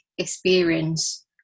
experience